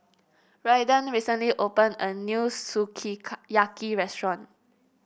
Raiden recently opened a new Sukiyaki Restaurant